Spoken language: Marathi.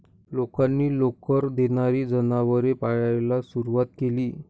लोकांनी लोकर देणारी जनावरे पाळायला सुरवात केली